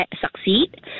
succeed